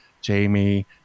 Jamie